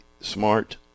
smart